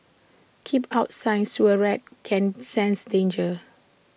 keep out sign sewer rats can sense danger